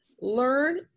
learn